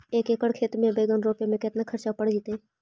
एक एकड़ खेत में बैंगन रोपे में केतना ख़र्चा पड़ जितै?